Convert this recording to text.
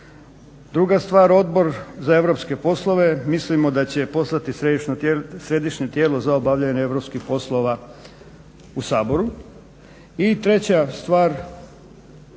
Druga stvar, Odbor za europske poslove mislimo da će postati središnje tijelo za obavljanje europskim poslova u Saboru.